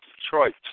Detroit